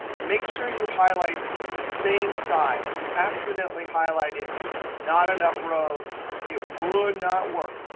and make sure you highlight the same size. if you accidentally highlighted not enough rows it would not work.